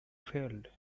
failed